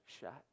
shot